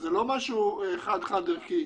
וזה לא משהו חד-חד ערכי.